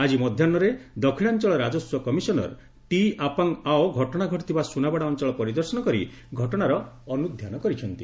ଆଜି ମଧ୍ଧାହ୍ନରେ ଦକ୍ଷିଣାଞଳ ରାଜସ୍ୱ କମିଶନର ଟି ଆପାଙ୍ଗ ଆଓ ଘଟଣା ଘଟିଥିବା ସୁନାବେଡା ଅଞ୍ଚଳ ପରିଦର୍ଶନ କରି ଘଟଣାର ଅନୁଧ୍ଧାନ କରିଛନ୍ତି